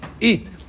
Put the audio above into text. eat